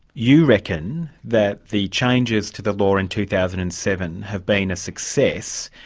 you reckon that the changes to the law in two thousand and seven have been a success,